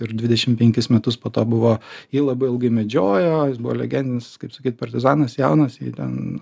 ir dvidešim penkis metus po to buvo jį labai ilgai medžiojo jis buvo legendinis kaip sakyt partizanas jaunas jį ten